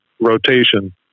rotation